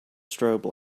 strobe